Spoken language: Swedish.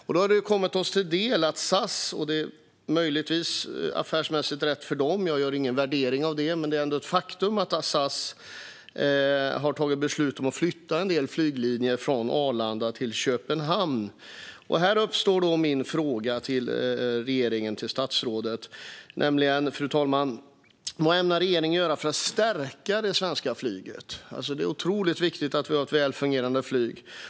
Det har kommit oss till del att SAS har fattat beslut om att flytta en del flyglinjer från Arlanda till Köpenhamn. Möjligtvis är det affärsmässigt rätt för dem. Jag gör ingen värdering av det. Det är dock ett faktum. Här uppstår min fråga till regeringen och statsrådet, fru talman. Vad ämnar regeringen göra för att stärka det svenska flyget? Det är otroligt viktigt att vi har ett väl fungerande flyg.